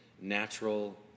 natural